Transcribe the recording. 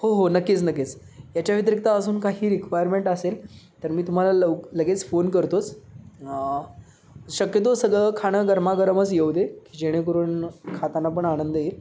हो हो नक्कीच नक्कीच याच्या व्यतिरिक्त असून काही रिक्वायरमेंट असेल तर मी तुम्हाला लव लगेच फोन करतोच शक्यतो सगळं खाणं गरमागरमच येऊ दे की जेणेकरून खाताना पण आनंद येईल